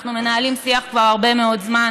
אנחנו מנהלים שיח כבר הרבה מאוד זמן